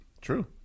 True